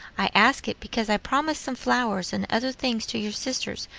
i ask it, because i promised some flowers and other things to your sisters,